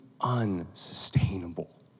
unsustainable